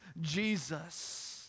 Jesus